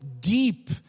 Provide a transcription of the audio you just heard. deep